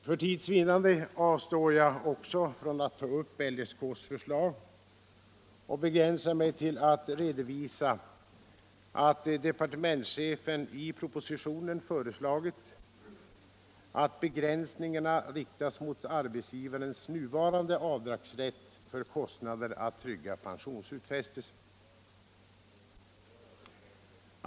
För tids vinnande avstår jag också från att ta upp LSK:s förslag och begränsar mig till att redovisa att departementschefen i propositionen har föreslagit att begränsningarna riktas mot arbetsgivarens nuvarande avdragsrätt för kostnader för att trygga pensionsutfästelse.